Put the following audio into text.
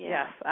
Yes